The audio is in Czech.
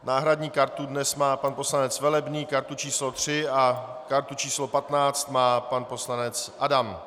Náhradní kartu dnes má pan poslanec Velebný, kartu číslo 3, a kartu číslo 15 má pan poslanec Adam.